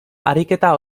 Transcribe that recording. ariketa